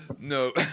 No